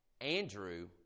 Andrew